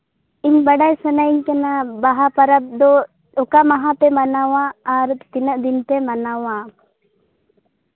ᱤᱧ ᱵᱟᱰᱟᱭ ᱥᱟᱱᱟᱧ ᱠᱟᱱᱟ ᱵᱟᱦᱟ ᱯᱟᱨᱟᱵᱽ ᱫᱚ ᱚᱠᱟ ᱢᱟᱦᱟ ᱯᱮ ᱢᱟᱱᱟᱣᱟ ᱟᱨ ᱛᱤᱱᱟᱹᱜ ᱫᱤᱱ ᱯᱮ ᱢᱟᱱᱟᱣᱟ